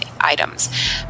items